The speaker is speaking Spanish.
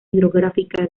hidrográfica